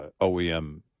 OEM